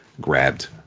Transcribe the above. grabbed